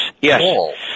yes